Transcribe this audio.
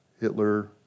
Hitler